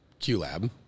QLab